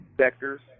sectors